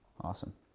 Awesome